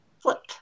Flip